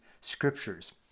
scriptures